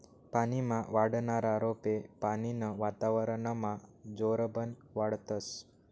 पानीमा वाढनारा रोपे पानीनं वातावरनमा जोरबन वाढतस